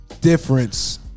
difference